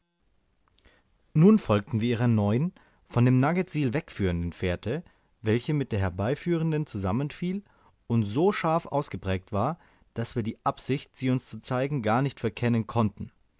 nun folgten wir ihrer neuen von dem nugget tsil wegführenden fährte welche mit der herbeiführenden zusammenfiel und so scharf ausgeprägt war daß wir die absicht sie uns zu zeigen gar nicht verkennen konnten